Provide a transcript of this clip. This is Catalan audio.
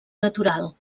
natural